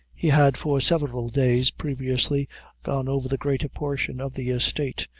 he had for several days previously gone over the greater portion of the estate,